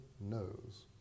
knows